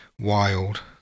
wild